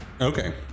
Okay